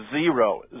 zero